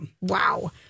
Wow